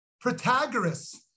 Protagoras